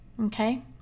Okay